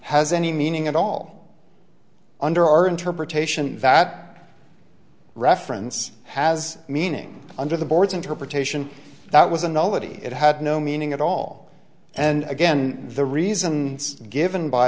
has any meaning at all under our interpretation that reference has meaning under the board's interpretation that was an elegy it had no meaning at all and again the reason given by